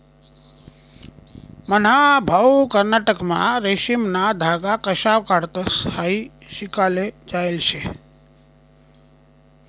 मन्हा भाऊ कर्नाटकमा रेशीमना धागा कशा काढतंस हायी शिकाले जायेल शे